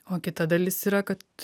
o kita dalis yra kad